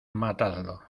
matadlo